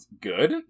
Good